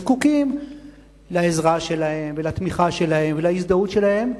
זקוקים לעזרה שלהם ולתמיכה שלהם ולהזדהות שלהם,